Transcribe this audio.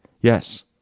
Yes